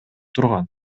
турган